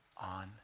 on